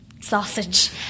sausage